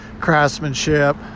craftsmanship